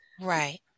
right